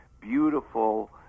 beautiful